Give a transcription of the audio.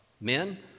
Men